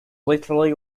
literally